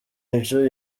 ivyo